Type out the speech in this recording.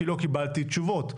כי לא קיבלתי תשובות,